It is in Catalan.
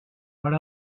per